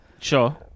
Sure